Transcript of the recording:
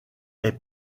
est